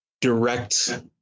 direct